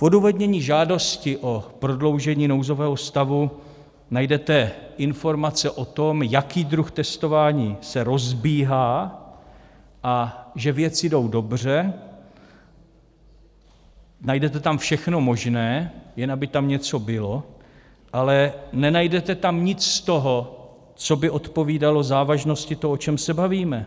V odůvodnění žádosti o prodloužení nouzového stavu najdete informace o tom, jaký druh testování se rozbíhá a že věci jdou dobře, najdete tam všechno možné, jen aby tam něco bylo, ale nenajdete tam nic z toho, co by odpovídalo závažnosti toho, o čem se bavíme.